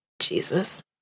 Jesus